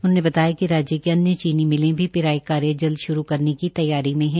उन्होंने बताया कि राज्य की अन्य चीनी मिलें भी पिराई कार्य जल्द श्रू करने की तैयारी में हैं